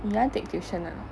you want to take tuition or not